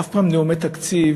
אף פעם נאומי תקציב